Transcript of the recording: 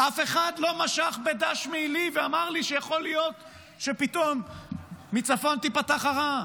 אף אחד לא משך בדש מעילי ואמר לי שיכול להיות שפתאום מצפון תפתח הרעה.